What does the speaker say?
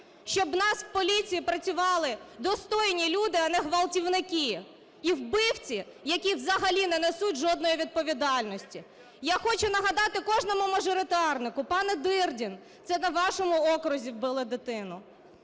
щоб у нас в поліції працювали достойні люди, а не ґвалтівники і вбивці, які взагалі не несуть жодної відповідальності. Я хочу нагадати кожному мажоритарнику. Пане Дирдін, це на вашому окрузі вбили дитину.